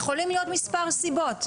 יכולות להיות מספר סיבות.